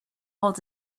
hold